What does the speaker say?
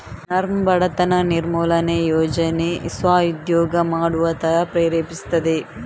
ನರ್ಮ್ ಬಡತನ ನಿರ್ಮೂಲನೆ ಯೋಜನೆ ಸ್ವ ಉದ್ಯೋಗ ಮಾಡುವ ತರ ಪ್ರೇರೇಪಿಸ್ತದೆ